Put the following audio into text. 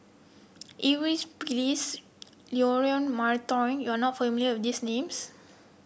Eu Cheng Li Phyllis Leon Perera Maria Hertogh you are not familiar with these names